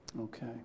okay